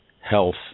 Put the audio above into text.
health